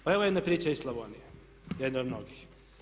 Pa evo jedne priče iz Slavonije, jedne od mnogih.